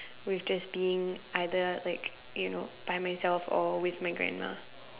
with just being either like you know by myself or with my grandma